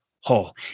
whole